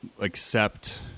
accept